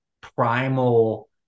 primal